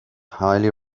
highly